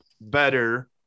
better